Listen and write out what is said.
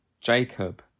Jacob